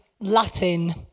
Latin